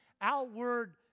outward